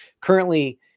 currently